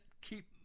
keep